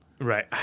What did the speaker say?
right